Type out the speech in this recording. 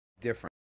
different